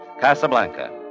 Casablanca